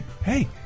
hey